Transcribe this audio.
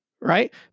right